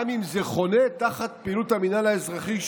גם אם זה חונה תחת פעילות המינהל האזרחי,